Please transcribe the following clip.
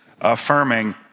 affirming